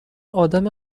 ادم